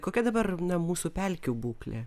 kokia dabar na mūsų pelkių būklė